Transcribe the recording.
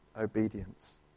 Obedience